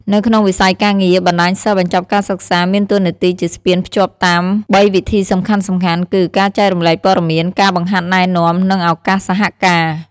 នៅក្នុងវិស័យការងារ បណ្តាញសិស្សបញ្ចប់ការសិក្សាមានតួនាទីជាស្ពានតភ្ជាប់តាមបីវិធីសំខាន់ៗគឺ ការចែករំលែកព័ត៌មាន ការបង្ហាត់ណែនាំ និងឱកាសសហការ។